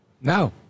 No